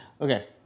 Okay